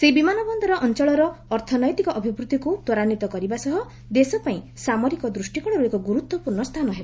ସେହି ବିମାନବନ୍ଦର ଅଞ୍ଚଳର ଅର୍ଥନୈତିକ ଅଭିବୃଦ୍ଧିକୁ ତ୍ୱରାନ୍ୱିତ କରିବା ସହ ଦେଶ ପାଇଁ ସାମରିକ ଦୃଷ୍ଟିକୋଶରୁ ଏକ ଗୁରୁତ୍ୱପୂର୍ଣ୍ଣ ସ୍ଥାନ ହେବ